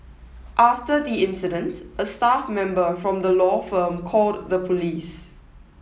after the incident a staff member from the law firm called the police